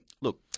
look